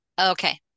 okay